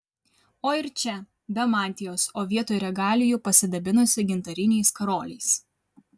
o ir čia be mantijos o vietoj regalijų pasidabinusi gintariniais karoliais